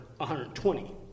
120